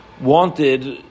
wanted